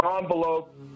envelope